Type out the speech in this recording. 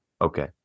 Okay